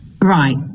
Right